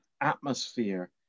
atmosphere